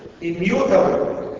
immutable